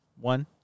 One